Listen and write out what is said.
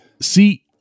See